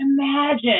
imagine